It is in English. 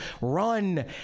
run